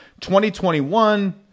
2021